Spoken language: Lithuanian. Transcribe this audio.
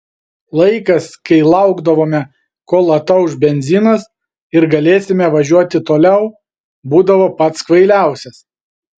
laikas kai laukdavome kol atauš benzinas ir galėsime važiuoti toliau būdavo pats kvailiausias